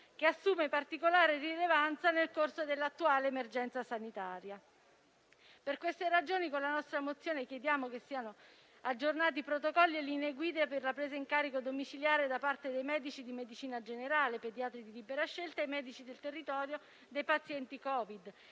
che assume particolare rilevanza nel corso dell'attuale emergenza sanitaria. Per queste ragioni, con la nostra mozione chiediamo che siano aggiornati protocolli e linee guida per la presa in carico domiciliare da parte dei medici di medicina generale, pediatri di libera scelta e medici del territorio dei pazienti Covid-19;